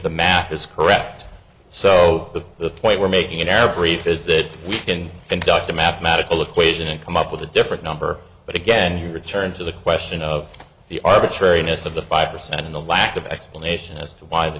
the math is correct so but the point we're making in our brief is that we can and dr mathematical equation and come up with a different number but again he returned to the question of the arbitrariness of the five percent and the lack of explanation as to why the